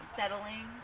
settling